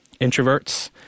introverts